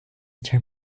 term